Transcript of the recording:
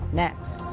next.